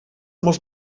muss